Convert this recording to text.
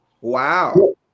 Wow